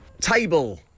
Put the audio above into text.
table